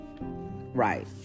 right